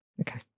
Okay